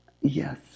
Yes